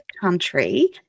country